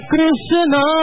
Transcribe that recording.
Krishna